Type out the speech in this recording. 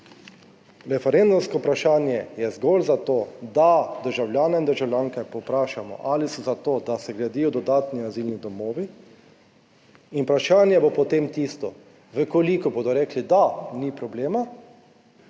referendumsko vprašanje je zgolj zato, da državljane in državljanke povprašamo, ali so za to, da se gradijo dodatni azilni domovi in vprašanje bo potem tisto, v kolikor bodo rekli, da, ni problema,